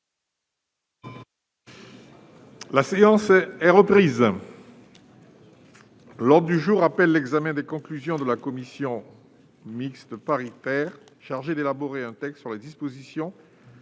La séance est reprise. L'ordre du jour appelle l'examen des conclusions de la commission mixte paritaire chargée d'élaborer un texte sur les dispositions